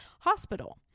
hospital